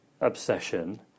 obsession